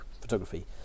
photography